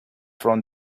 from